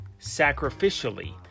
sacrificially